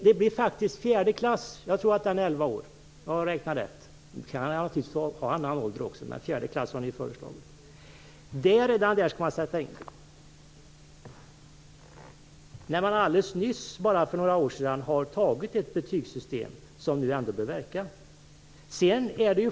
Det blir faktiskt redan i fjärde klass, där eleverna är 11 år, om jag har räknat rätt - de kan naturligtvis ha en annan ålder också - som ni vill sätta in betyg, när man för bara några år sedan har antagit ett betygssystem som nu ändå bör verka.